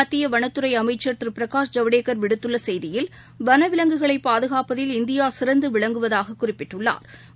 மத்திய வனத்துறை அமைச்ச் திரு பிரகாஷ் ஜவடேக்கர் விடுத்துள்ள செய்தியில் வனவிலங்குகளை பாதுகாப்பதில் இந்தியா சிறந்து விளங்குவதாகக் குறிப்பிட்டுள்ளாா்